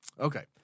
Okay